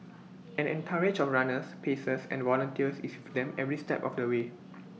an entourage of runners pacers and volunteers is with them every step of the way